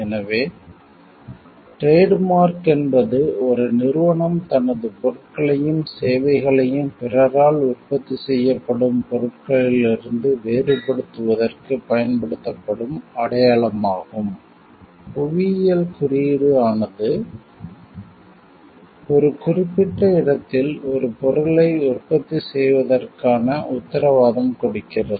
எனவே trade mark என்பது ஒரு நிறுவனம் தனது பொருட்களையும் சேவைகளையும் பிறரால் உற்பத்தி செய்யப்படும் பொருட்களிலிருந்து வேறுபடுத்துவதற்குப் பயன்படுத்தப்படும் அடையாளமாகும் புவியியல் குறியீடு ஆனது ஒரு குறிப்பிட்ட இடத்தில் ஒரு பொருளை உற்பத்தி செய்வதற்கான உத்தரவாதம் கொடுக்கிறது